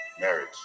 marriage